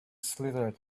slithered